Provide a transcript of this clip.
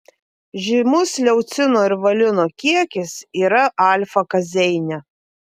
žymus leucino ir valino kiekis yra alfa kazeine